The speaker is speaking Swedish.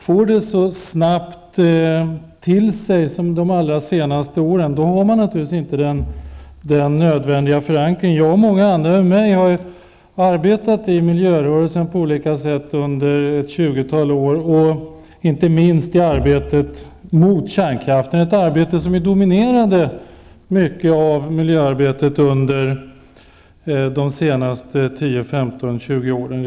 Får man det snabbt till sig, har man naturligtvis inte den nödvändiga förankringen. Jag och många andra med mig har arbetat inom miljörörelsen på olika sätt under ett tjugotal år, inte minst i arbetet mot kärnkraften. Det är ett arbete som dominerat mycket av miljöarbetet under de senaste 10, 15, 20 åren.